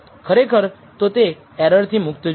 ખરેખર તો તે એરરથી મૂકત જોઈએ